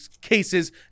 cases